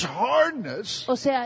hardness